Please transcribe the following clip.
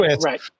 Right